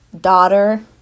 daughter